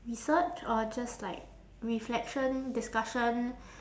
research or just like reflection discussion